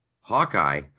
Hawkeye